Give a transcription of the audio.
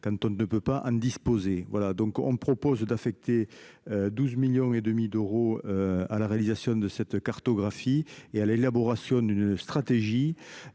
quand on ne peut pas ne disposer voilà donc on propose d'affecter 12 millions et demi d'euros à la réalisation de cette cartographie et à l'élaboration d'une stratégie